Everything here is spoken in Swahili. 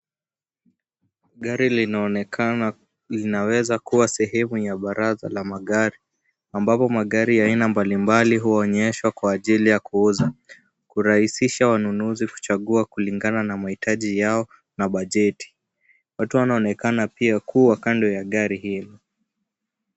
Gari linaonekana linaweza kuwa sehemu ya baraza la magari, ambapo magari ya aina mbalimbali huonyeshwa kwa ajili ya kuuza, kurahisisha wanunuzi kuchagua, kulingana na mahitaji yao na bajeti. Watu wanaonekana pia kuwa kando ya gari hilo.